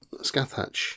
Scathach